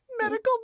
Medical